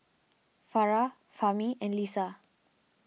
Farah Fahmi and Lisa